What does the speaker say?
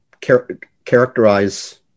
characterize